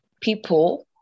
people